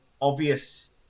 obvious